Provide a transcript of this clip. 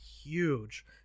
huge